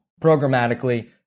programmatically